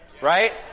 Right